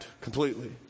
completely